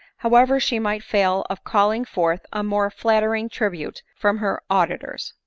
however she might fail of call ing forth a more flattering tribute from her auditors.